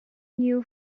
new